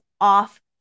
Off